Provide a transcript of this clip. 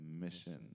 mission